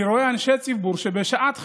אני רואה אנשי ציבור שבשעת חירום,